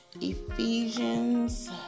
Ephesians